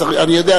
אני יודע,